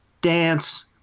dance